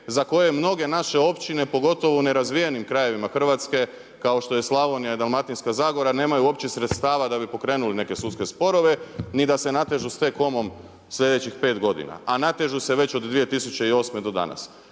za koje mnoge naše općine pogotovo u nerazvijenim krajevima Hrvatske kao što je Slavonija i Dalmatinska zagora nemaju uopće sredstava da bi pokrenuli neke sudske sporove, ni da se natežu sa T-com-om sljedećih 5 godina a natežu se već od 2008. do danas.